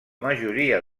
majoria